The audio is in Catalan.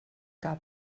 cap